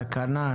תקנה?